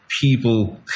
people